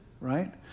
right